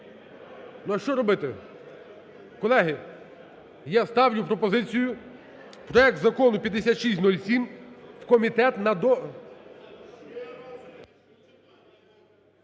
Ну, а що робити? Колеги, я ставлю пропозицію проект Закону 5607 в комітет на…